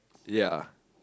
ya